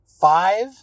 five